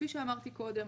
כפי שאמרתי קודם,